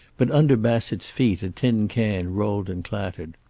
but under bassett's feet a tin can rolled and clattered.